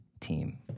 team